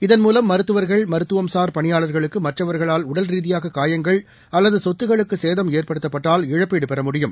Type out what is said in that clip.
இதன் மூலம் மருத்துவர்கள் மருத்துவம்சார் பணியாளர்களுக்குமற்றவர்களால் உடல் ரீதியாககாயங்கள் அல்லதுசொத்துகளுக்குகேதம் ஏற்படுத்தப்பட்டால் இழப்பீடுபெற முடியும்